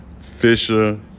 Fisher